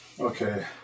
Okay